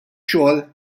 xogħol